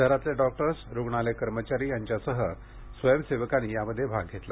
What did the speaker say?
शहरातील डॉक्टर्स रुग्णालय कर्मचारी यांच्यासह स्वयंसेवकांनी यामध्ये सहभाग घेतला